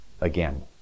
again